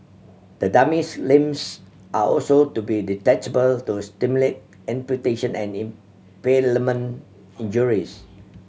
the dummy's limbs are also to be detachable to simulate imputation and impalement injuries